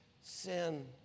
sin